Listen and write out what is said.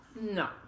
no